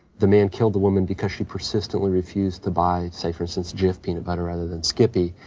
the man killed the woman because she persistently refused to buy say, for instance, jif peanut butter rather than skippy,